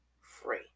free